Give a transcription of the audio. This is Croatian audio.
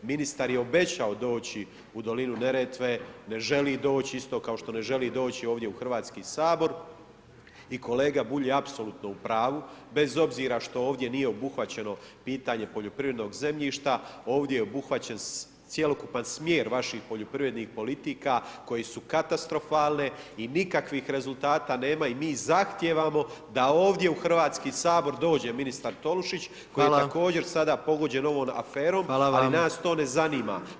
Ministar je obećao doći u dolinu Neretve, ne želi doći isto kao što ne želi doći ovdje u Hrvatski sabor i kolega Bulj je apsolutno u pravu, bez obzira što ovdje nije obuhvaćeno pitanje poljoprivrednog zemljišta, ovdje je obuhvaćen cjelokupan smjer vaših poljoprivrednih politika koje su katastrofalne i nikakvih rezultata nema i mi zahtijevamo da ovdje u Hrvatski sabor dođe ministar Tolušić koji je također sada pogođen ovom aferom ali nas to ne zanima